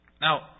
Now